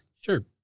Sure